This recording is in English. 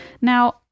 Now